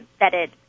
vetted